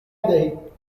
ندهید